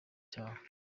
cyawe